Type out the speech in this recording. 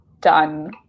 done